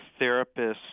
therapists